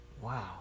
wow